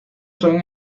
son